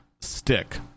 stick